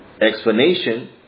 explanation